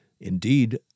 indeed